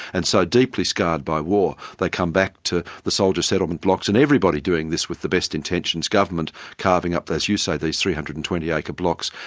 and so deeply scarred by war, they'd come back to the soldier settlement blocks and everybody doing this with the best intentions government carving up as you say these three hundred and twenty acre blocks.